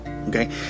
Okay